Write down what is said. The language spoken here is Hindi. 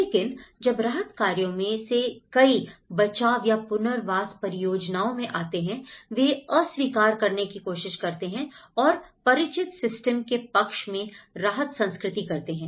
लेकिन जब राहत कार्यों में से कई बचाव या पुनर्वास परियोजनाओं में आते हैं वे अस्वीकार करने की कोशिश करते हैं और परिचित सिस्टम के पक्ष में राहत संस्कृति करते हैं